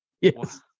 Yes